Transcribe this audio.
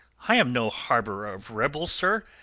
i am no harbourer of rebels, sir.